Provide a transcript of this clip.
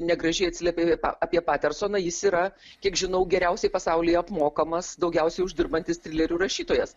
negražiai atsiliepei apie patersoną jis yra kiek žinau geriausiai pasaulyje apmokamas daugiausiai uždirbantis trilerių rašytojas